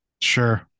sure